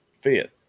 fit